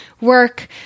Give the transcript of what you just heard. work